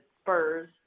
Spurs